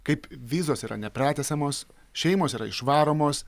kaip vizos yra nepratęsiamos šeimos yra išvaromos